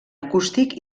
acústic